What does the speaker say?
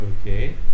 Okay